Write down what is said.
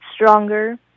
stronger